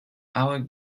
hauek